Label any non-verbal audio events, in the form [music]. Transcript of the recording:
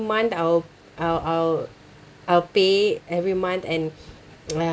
month I'll I'll I'll I'll pay every month and uh [noise]